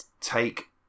take